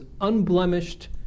unblemished